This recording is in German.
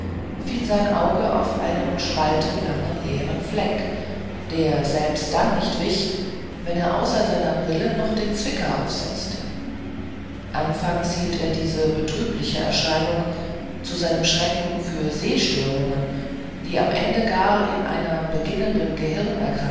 fiel sein auge auf einen spaltenlangen leeren fleck der selbst dann nicht wich wenn er außer seiner brille noch den zwicker aufsetzte anfangs hielt er diese betrübliche erscheinung zu seinem schrecken für sehstörungen die am ende gar in einer beginnenden